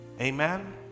Amen